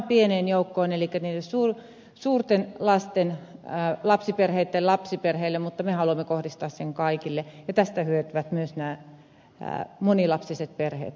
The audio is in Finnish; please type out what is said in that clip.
te haluatte kohdistaa vaan pienelle joukolle elikkä monilapsisille perheille mutta me haluamme kohdistaa sen kaikille ja tästä hyötyvät myös nämä monilapsiset perheet